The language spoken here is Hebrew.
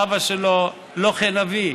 אבא שלו: לא כן אבי,